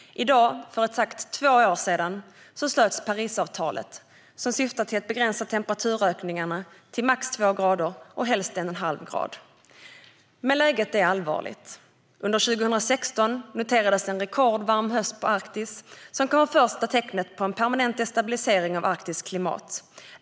I dag för exakt två år sedan slöts Parisavtalet, som syftar till att begränsa temperaturökningarna till max 2 grader, och helst 1,5 grader. Läget är allvarligt. Under 2016 noterades en rekordvarm höst i Arktis, vilket kan vara det första tecknet på en permanent destabilisering av Arktis klimat.